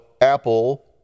Apple